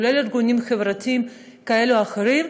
כולל ארגונים חברתיים כאלה או אחרים,